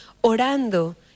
orando